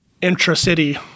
intra-city